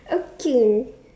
okay